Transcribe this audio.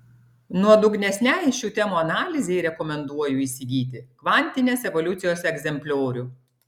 nuodugnesnei šių temų analizei rekomenduoju įsigyti kvantinės evoliucijos egzempliorių